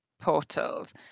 portals